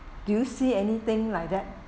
do you see anything like that